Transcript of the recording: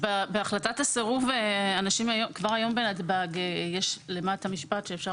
בהחלטת הסירוב כבר היום בנתב"ג יש למטה משפט שאפשר